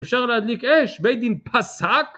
אפשר להדליק אש? בית דין פסק?